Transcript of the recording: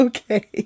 Okay